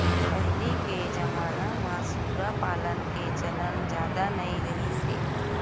पहिली के जमाना म सूरा पालन के चलन जादा नइ रिहिस हे